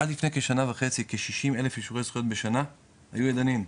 עד לפני כשנה וחצי כ-60 אלף אישורי זכויות בשנה היו ידניים,